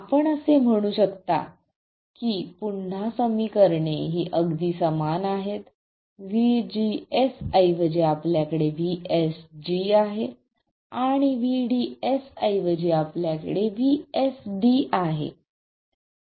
आपण असे म्हणू शकता की पुन्हा समीकरणे ही अगदी समान आहेत VGS ऐवजी आपल्याकडे VSG आहे आणि VDS ऐवजी आपल्याकडे VSD आहे हेच आहे